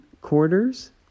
quarters